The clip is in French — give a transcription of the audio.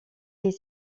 est